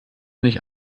nicht